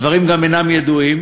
הדברים גם אינם ידועים.